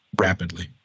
rapidly